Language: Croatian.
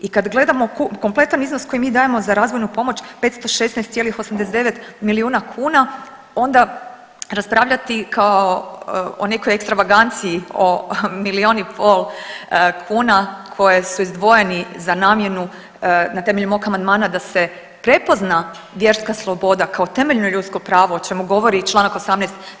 I kad gledamo kompletan iznos koji mi dajemo za razvojnu pomoć 516,89 milijuna kuna onda raspravljati kao o nekoj ekstravaganciji o milion i pol kuna koje su izdvojeni za namjenu na temelju mog amandmana da se prepozna vjerska sloboda kao temeljno ljudsko pravo o čemu govori i Članak 18.